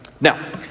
Now